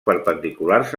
perpendiculars